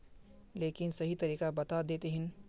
लेकिन सही तरीका बता देतहिन?